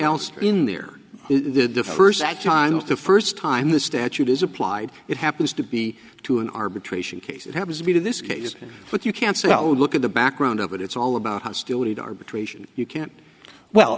else in there it did the first act time of the first time the statute is applied it happens to be to an arbitration case it happens to be to this case but you can't say oh look at the background of it it's all about hostility to arbitration you can't well